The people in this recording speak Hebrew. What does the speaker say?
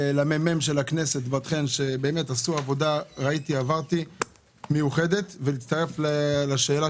למ.מ.מ של הכנסת על עבודה מיוחדת ולהצטרף לשאלה